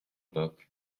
book